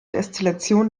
destillation